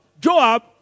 Joab